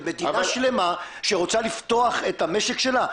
זו מדינה שלמה שרוצה לפתוח את המשק שלה,